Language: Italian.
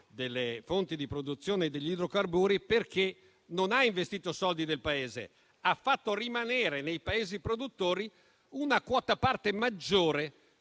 delle fonti di produzione degli idrocarburi, perché non ha investito soldi del Paese, ma ha fatto rimanere nei Paesi produttori una quota parte maggiore